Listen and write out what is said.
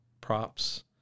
props